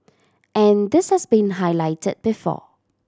and this has been highlighted before